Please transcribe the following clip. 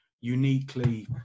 uniquely